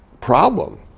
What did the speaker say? problem